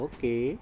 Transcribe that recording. Okay